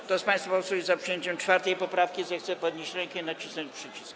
Kto z państwa posłów jest za przyjęciem 4. poprawki, zechce podnieść rękę i nacisnąć przycisk.